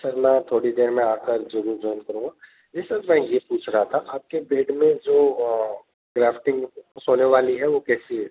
سر میں تھوڑی دیر میں آ کر جوائن کروں گا جی سر میں یہ پوچھ رہا تھا آپ کے بیڈ میں جو گرافٹنگ سونے والی ہے وہ کیسی ہے